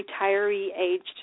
retiree-aged